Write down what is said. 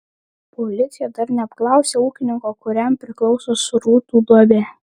policija dar neapklausė ūkininko kuriam priklauso srutų duobė